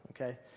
okay